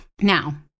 Now